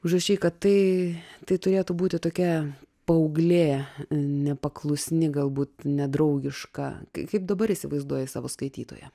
užrašei kad tai tai turėtų būti tokia paauglė nepaklusni galbūt nedraugiška kai kaip dabar įsivaizduoji savo skaitytoją